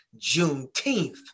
Juneteenth